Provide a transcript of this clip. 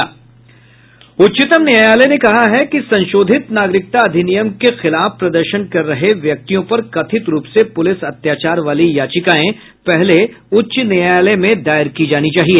उच्चतम न्यायालय ने कहा है कि संशोधित नागरिकता अधिनियम के खिलाफ प्रदर्शन कर रहे व्यक्तियों पर कथित रूप से पुलिस अत्याचार वाली याचिकाएं पहले उच्च न्यायालय में दायर की जानी चाहिए